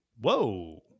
Whoa